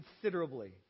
considerably